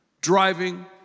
driving